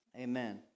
Amen